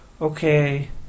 Okay